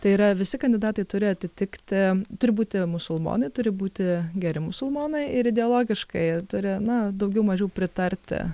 tai yra visi kandidatai turi atitikti turi būti musulmonai turi būti geri musulmonai ir ideologiškai turi na daugiau mažiau pritarti